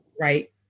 right